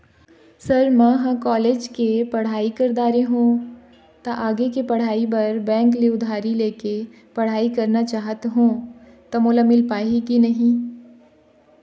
Sir म ह college के पढ़ाई कर दारें हों ता आगे के पढ़ाई बर बैंक ले उधारी ले के पढ़ाई करना चाहत हों ता मोला मील पाही की नहीं?